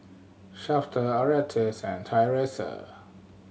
Shafter Erastus and Tyrese